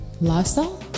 lifestyle